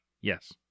Yes